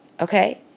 Okay